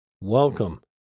welcome